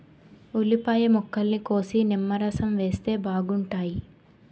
ఉల్లిపాయ ముక్కల్ని కోసి నిమ్మరసం వేస్తే బాగుంటాయి